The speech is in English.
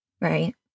Right